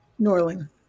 Norling